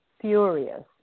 furious